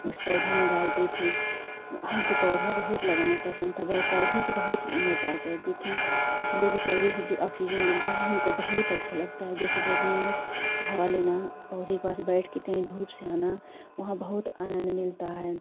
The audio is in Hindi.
उस पौधे में डालती थी हमको पौधा बहुत लगाना पसंद था पर पौधे से बहुत मैं प्यार करती थी इसलिए कि पौधे से जो ऑक्सीजन मिलता है हमको बहुत अच्छा लगता है जैसे गर्मी में हवा लेना हो पौधे के पास बैठ के कहीं धूप से आना वहाँ बहुत आनंद मिलता है